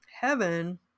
heaven